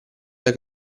dai